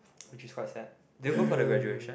which is quite sad did you go for the graduation